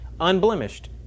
Unblemished